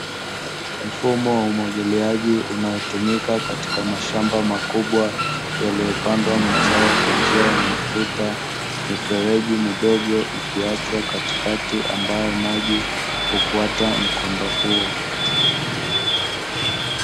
Mfumo wa umwagiliaji unaotumika katika mashamba makubwa, yaliyopandwa mazao kwa njia ya matuta, mifereji midogo ikiachwa katikati, ambayo maji hufuata mkondo huo.